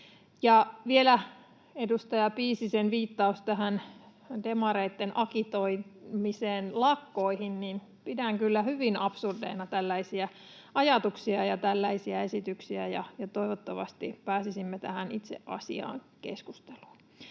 Vielä edustaja Piisisen viittaus tähän demareitten agitoimiseen lakkoihin: Pidän kyllä hyvin absurdeina tällaisia ajatuksia ja tällaisia esityksiä. Toivottavasti pääsisimme tähän itse asiaan, keskusteluun.